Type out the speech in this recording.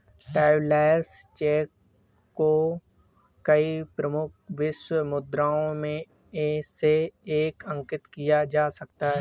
travellers cheque को कई प्रमुख विश्व मुद्राओं में से एक में अंकित किया जा सकता है